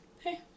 hey